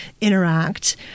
interact